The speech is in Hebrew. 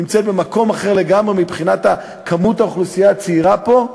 נמצאת במקום אחר לגמרי מבחינת כמות האוכלוסייה הצעירה פה,